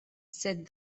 said